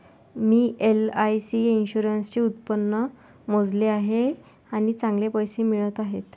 मी LIC इन्शुरन्सचे उत्पन्न मोजले आहे आणि चांगले पैसे मिळत आहेत